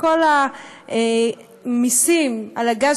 וכל המסים על הגז,